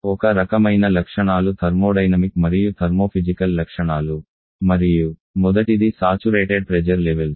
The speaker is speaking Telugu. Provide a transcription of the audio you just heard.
ఒక రకమైన లక్షణాలు థర్మోడైనమిక్ మరియు థర్మోఫిజికల్ లక్షణాలు మరియు మొదటిది సాచురేటెడ్ ప్రెజర్ లెవెల్స్